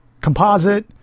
composite